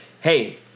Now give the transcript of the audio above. hey